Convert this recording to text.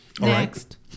Next